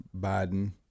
Biden